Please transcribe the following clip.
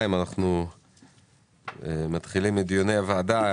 16 בפברואר 2022. אנחנו מתחילים את דיוני הוועדה.